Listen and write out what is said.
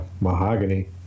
mahogany